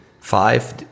five